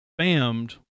spammed